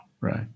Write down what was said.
Right